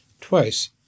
twice